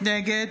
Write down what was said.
נגד